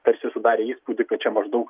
tarsi sudarė įspūdį kad čia maždaug